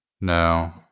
No